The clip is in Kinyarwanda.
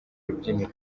rubyiniro